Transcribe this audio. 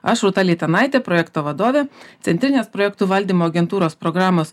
aš rūta leitanaitė projekto vadovė centrinės projektų valdymo agentūros programos